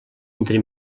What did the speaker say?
entre